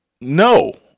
no